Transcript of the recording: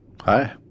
Hi